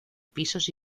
pisos